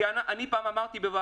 כי אני אמרתי פעם בוועדה,